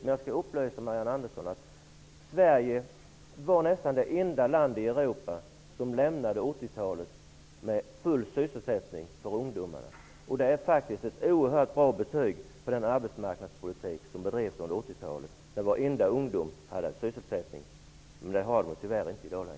Men jag skall upplysa Marianne Andersson om att Sverige var nästan det enda land i Europa som lämnade 80 talet med full sysselsättning för ungdomarna. Det är faktiskt ett oerhört bra betyg för den arbetsmarknadspolitik som bedrevs under 80-talet att alla ungdomar hade sysselsättning. Det har de tyvärr inte i dag.